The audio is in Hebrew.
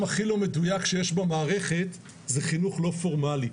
הכי לא מדויק שיש במערכת זה "חינוך לא פורמלי".